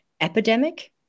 epidemic